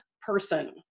person